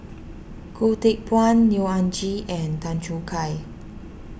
Goh Teck Phuan Neo Anngee and Tan Choo Kai